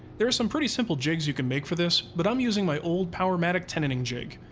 there's some pretty simple jigs you can make for this, but i'm using my old powermatic tenoning jig.